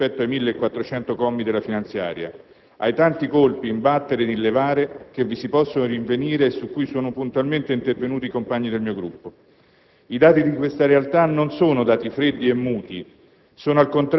Parlare della situazione reale non è fuori tema, né fuori tempo, rispetto ai 1.400 commi della finanziaria, ai tanti colpi in battere ed in levare che vi si possono rinvenire e su cui sono puntualmente intervenuti i compagni del mio Gruppo.